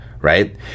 right